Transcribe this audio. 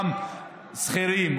וגם שכירים,